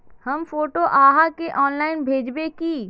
हम फोटो आहाँ के ऑनलाइन भेजबे की?